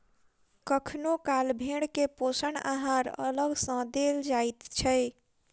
कखनो काल भेंड़ के पोषण आहार अलग सॅ देल जाइत छै